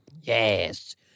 Yes